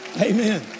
Amen